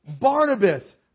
Barnabas